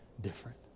different